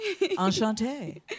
Enchantée